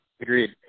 agreed